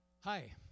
Hi